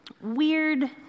weird